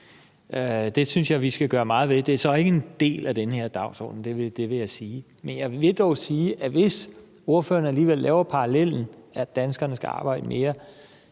Det synes jeg vi skal gøre meget ved. Det er så ikke en del af den her dagsorden, vil jeg sige. Men jeg vil dog sige, at hvis ordføreren alligevel laver parallellen, i forhold til at danskerne skal arbejde mere,